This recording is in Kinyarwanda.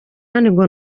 ngo